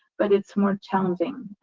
but it's more challenging,